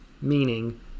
meaning